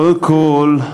קודם כול,